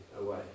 away